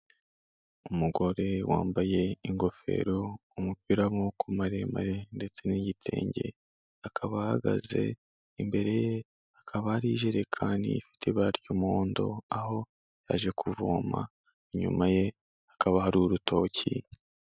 Umugore wambaye ingofero, umupira w'amaboko maremare ndetse n'igitenge, akaba ahagaze imbere ye hakaba hari ijerekani ifite ibara ry'umuhondo aho yaje kuvoma, inyuma ye hakaba hari urutoki.